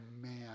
man